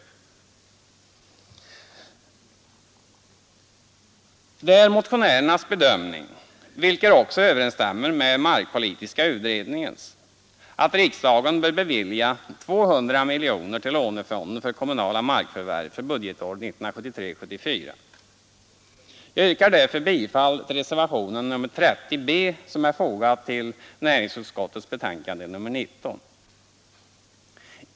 Det är motionärernas bedömning — vilken också överensstämmer med markpolitiska utredningens — att riksdagen bör bevilja 200 miljoner till Lånefonden för kommunala markförvärv för budgetåret 1973/74. Jag yrkar därför bifall till reservationen 30 b, som är fogad till civilutskottets betänkande nr 19.